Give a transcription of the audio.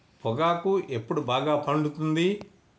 పొగాకు ఎప్పుడు బాగా పండుతుంది?